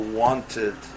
wanted